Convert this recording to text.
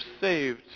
saved